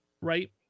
right